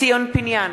ציון פיניאן,